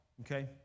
okay